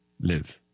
live